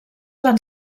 van